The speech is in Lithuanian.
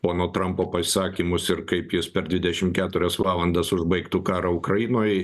pono trumpo pasisakymus ir kaip jis per dvidešim keturias valandas užbaigtų karą ukrainoj